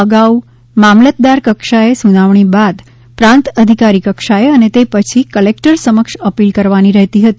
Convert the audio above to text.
અગાઉ મામલતદાર કક્ષાએ સૂનાવણી બાદ પ્રાંત અધિકારી કક્ષાએ અને તે પછી કલેકટર સમક્ષ અપીલ કરવાની રહેતી હતી